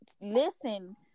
listen